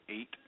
eight